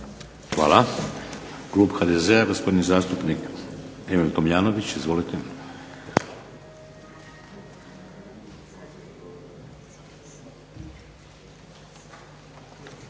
Hvala. Kluba HDZ-a, gospodin zastupnik Emil Tomljanović. Izvolite.